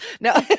no